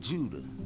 Judah